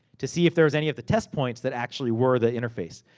to see if there was any of the test points, that actually were the interface.